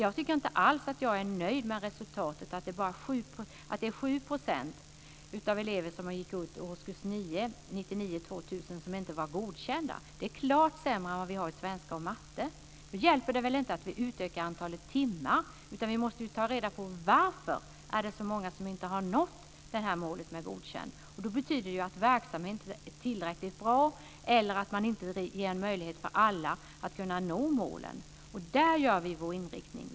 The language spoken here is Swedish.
Jag är inte alls nöjd med resultatet, att 7 % som gick ut årskurs 9 år 2000 inte var godkända i idrott och hälsa. Det är klart sämre än i svenska och matte. Men då hjälper det väl inte att vi utökar antalet timmar, utan vi måste ta reda på varför så många inte har nått målet godkänt. Det betyder att verksamheten inte är tillräckligt bra eller att man inte ger möjlighet för alla att nå målen. Där har vi vår inriktning.